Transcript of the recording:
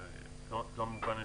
כמובן,